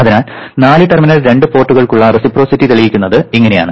അതിനാൽ നാല് ടെർമിനൽ രണ്ട് പോർട്ടുകൾക്കുള്ള റെസിപ്രൊസിറ്റി തെളിയിക്കുന്നത് ഇങ്ങനെയാണ്